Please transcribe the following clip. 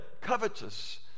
covetous